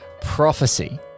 prophecy